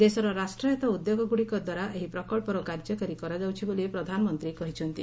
ଦେଶର ରାଷ୍ଟ୍ରାୟତ୍ତ ଉଦ୍ୟୋଗଗ୍ରଡ଼ିକ ଦ୍ୱାରା ଏହି ପ୍ରକଳ୍ପର କାର୍ଯ୍ୟକାରୀ କରାଯାଉଛି ବୋଲି ପ୍ରଧାନମନ୍ତ୍ରୀ କହିଛନ୍ତି